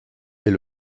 est